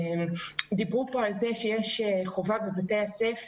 דיברו פה על זה שיש חובה בבתי הספר לשיעורי